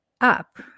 up